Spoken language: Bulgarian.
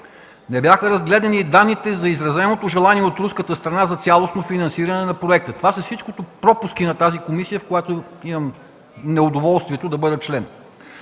Не бяха разгледани данните за изразеното желание от руската страна за цялостно финансиране на проекта. Всичко това са пропуски на тази комисия, в която имам неудоволствието да бъда член.